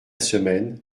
semaine